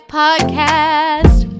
podcast